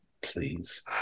Please